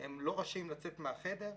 הם לא רשאים לצאת מהחדר,